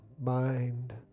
mind